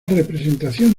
representación